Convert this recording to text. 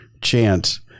chance